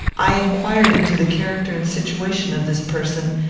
i inquired into the character and situation of this person,